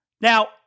Now